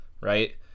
right